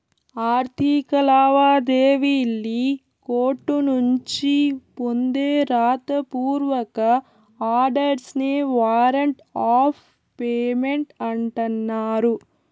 ఆర్థిక లావాదేవీల్లి కోర్టునుంచి పొందే రాత పూర్వక ఆర్డర్స్ నే వారంట్ ఆఫ్ పేమెంట్ అంటన్నారు